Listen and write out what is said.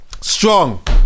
strong